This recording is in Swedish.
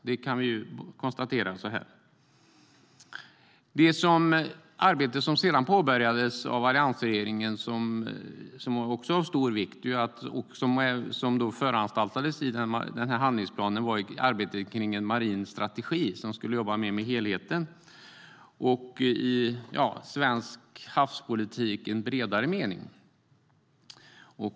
Det kan vi konstatera. Ett annat arbete av stor vikt som påbörjades av alliansregeringen och föranstaltades i handlingsplanen var arbetet med en maritim strategi som skulle jobba mer med helheten och med svensk havspolitik i bredare mening.